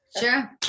Sure